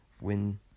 win